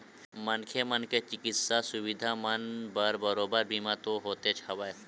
मनखे मन के चिकित्सा सुबिधा मन बर बरोबर बीमा तो होतेच हवय